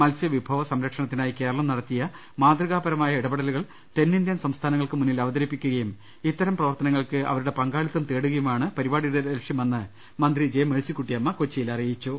മത്സ്യവിഭവ സംരക്ഷണത്തിനായി കേരളം നടത്തിയ മാതൃ കാപരമായ ഇടപെടലുകൾ തെന്നിന്ത്യൻ സംസ്ഥാനങ്ങൾക്ക് മുന്നിൽ അവതരിപ്പിക്കുകയും ഇത്തരം പ്രവർത്തനങ്ങൾക്ക് അവരുടെ പങ്കാ ളിത്തം തേടുകയുമാണ് പരിപാടിയുടെ ലക്ട്യ്മെന്ന് മന്ത്രി ജെ മേഴ്സി ക്കുട്ടിയമ്മ കൊച്ചിയിൽ അറിയിച്ചു